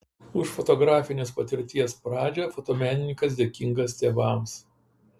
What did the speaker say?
už fotografinės patirties pradžią fotomenininkas dėkingas tėvams